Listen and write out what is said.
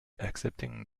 accepting